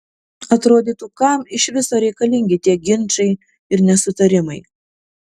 atrodytų kam iš viso reikalingi tie ginčai ir nesutarimai